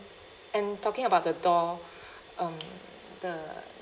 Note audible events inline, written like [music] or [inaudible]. and talking about the door [breath] um the